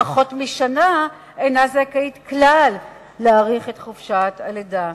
פחות משנה אינה זכאית כלל להאריך את חופשת הלידה.